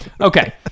Okay